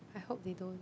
I hope they don't